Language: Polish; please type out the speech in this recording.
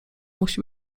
musi